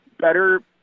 better